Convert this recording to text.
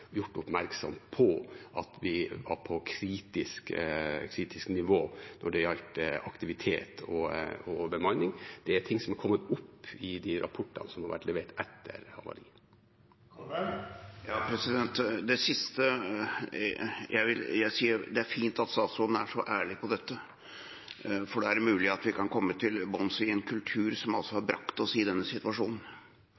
gjort oppmerksom på at vi var på kritisk nivå når det gjaldt aktivitet og bemanning. Det er ting som er kommet opp i de rapportene som har vært levert etter havariet. Når det gjelder det siste, vil jeg si at det er fint at statsråden er så ærlig på dette, for da er det mulig at vi kan komme til bunns i en kultur som har